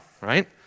right